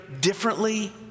differently